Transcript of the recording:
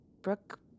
Brooke